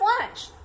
lunch